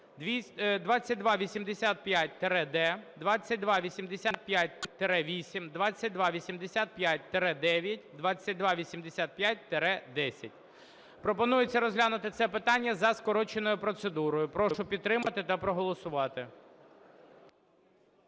2285-д, 2285-8, 2285-9, 2285-10. Пропонується розглянути це питання за скороченою процедурою. Прошу підтримати та проголосувати.